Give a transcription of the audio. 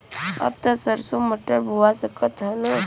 अब त सरसो मटर बोआय सकत ह न?